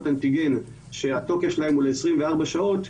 אנטיגן שהתוקף שלהן הוא ל-24 שעות,